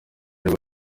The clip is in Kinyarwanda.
bari